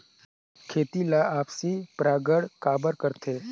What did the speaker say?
खेती ला आपसी परागण काबर करथे?